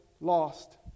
lost